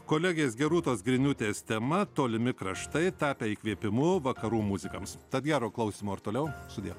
kolegės gerūtos griniūtės tema tolimi kraštai tapę įkvėpimu vakarų muzikams tad gero klausymo ir toliau sudie